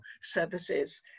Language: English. services